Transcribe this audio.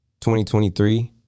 2023